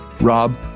Rob